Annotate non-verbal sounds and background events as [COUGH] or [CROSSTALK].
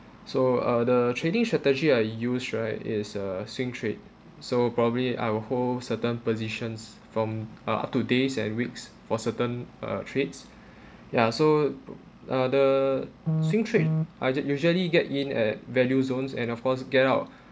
so uh the trading strategy I use right is uh swing trade so probably I will hold certain positions from uh up to days and weeks for certain uh trades [BREATH] ya so p~ uh the swing trade I get usually get in at value zones and of course get out